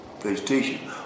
vegetation